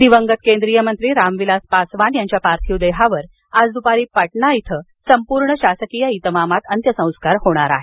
पासवान दिवंगत केंद्रीय मंत्री रामविलास पासवान यांच्या पार्थिव देहावर आज दुपारी पाटणा इथं संपूर्ण शासकीय इतमामात अंत्यसंस्कार होणार आहेत